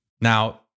Now